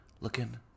looking